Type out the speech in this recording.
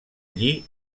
lli